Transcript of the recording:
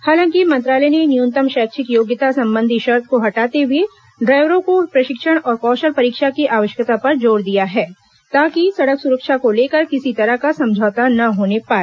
हालांकि मंत्रालय ने न्यूनतम शैक्षिक योग्यता संबंधी शर्त को हटाते हुए ड्राइवरों के प्रशिक्षण और कौशल परीक्षा की आवश्यकता पर जोर दिया है ताकि सड़क सुरक्षा को लेकर किसी तरह का समझौता न होने पाए